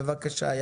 בבקשה.